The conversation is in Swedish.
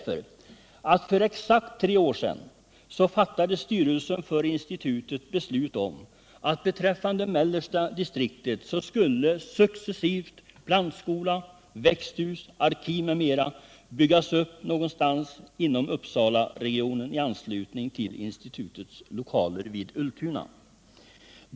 För exakt tre år sedan fattade styrelsen för institutet beslut att beträffande mellersta distriktet skulle successivt plantskola, växthus, arkiv m.m. byggas upp någonstans inom Uppsalaregionen i anslutning till institutets lokaler vid Ultuna.